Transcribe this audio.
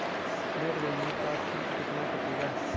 Net banking का शुल्क कितना कटेगा?